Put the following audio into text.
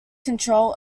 control